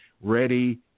ready